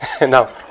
No